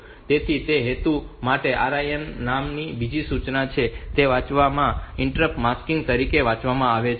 તેથી તે હેતુ માટે RIM નામની બીજી સૂચના છે જે વાંચવામાં ઇન્ટરપ્ટ માસ્ક તરીકે વાંચવામાં આવે છે